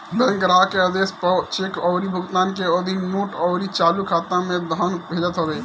bank ग्राहक के आदेश पअ चेक अउरी भुगतान के अधीन नोट अउरी चालू खाता में धन भेजत हवे